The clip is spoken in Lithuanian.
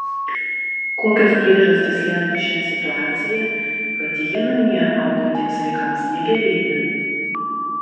kokios priežastys lemia šią situaciją kad ji namie augantiems vaikams negerėja